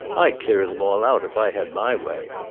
i'd clear them all out if i had my way.